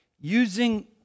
using